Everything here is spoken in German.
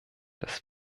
das